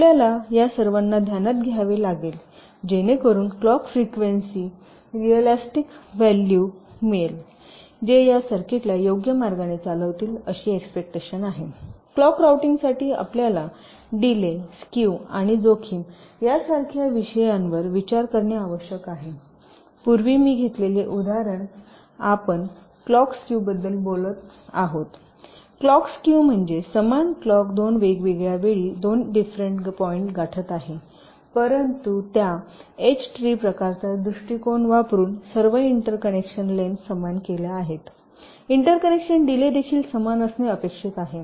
आपल्याला त्या सर्वांना ध्यानात घ्यावे लागेल जेणेकरून क्लॉक फ्रेक्वेन्सी रिऍलिस्टिक व्हॅल्यू मिळेल जे या सर्किटला योग्य मार्गाने चालवतील अशी एक्स्पेक्ट आहे क्लॉक राऊंटिंगसाठी आपल्याला डीले स्क्यू आणि जोखीम यासारख्या विषयांवर विचार करणे आवश्यक आहे पूर्वी मी घेतलेले उदाहरण आपण क्लॉक स्क्यूबद्दल बोलत आहोत क्लॉक स्क्यू म्हणजे समान क्लॉक दोन वेगवेगळ्या वेळी दोन डिफरेंट पॉईंट गाठत आहे परंतु त्या एच ट्री प्रकारचा दृष्टिकोन वापरुन सर्व एंटरकनेक्शन लेन्थ समान केल्या आहेत इंटरकनेक्शन डीले देखील समान असणे अपेक्षित आहे